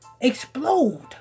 explode